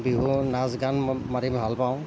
বিহু নাচ গান মাৰি ভাল পাওঁ